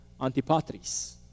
Antipatris